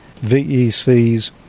VECs